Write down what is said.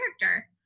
character